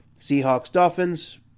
Seahawks-Dolphins